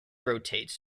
rotates